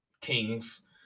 kings